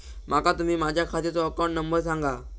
माका तुम्ही माझ्या खात्याचो अकाउंट नंबर सांगा?